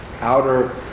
outer